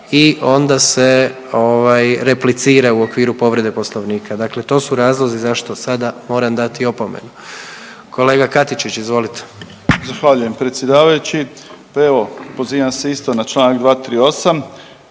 i onda se replicira u okviru povrede poslovnika. Dakle, to su razlozi zašto sada moram dati opomenu. Kolega Katičić izvolite. **Katičić, Krunoslav (HDZ)** Zahvaljujem predsjedavajući. Pa evo pozivam se isto na čl. 238.